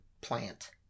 plant